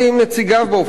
וניסיתי להבין,